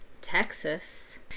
Texas